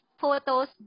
photos